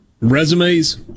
resumes